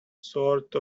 sorts